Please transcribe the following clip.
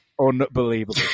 unbelievable